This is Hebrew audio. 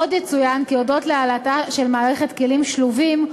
עוד יצוין כי הודות להעלאתה של מערכת "כלים שלובים",